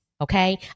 okay